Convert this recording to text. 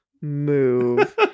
move